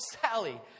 Sally